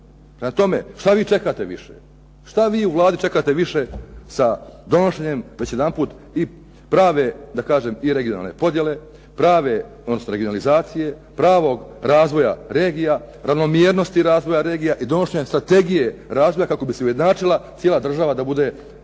što vi čekate više? Što vi čekate u Vladi više i sa donošenjem već jedanput prave regionalne podjele, odnosno regionalizacija, pravog razvoja regija, ravnomjernosti razvoja regija i donošenje strategije razvoja kako bi se ujednačila cijela država da bude,